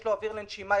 יש לו אוויר לנשימה,